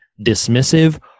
dismissive